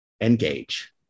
Engage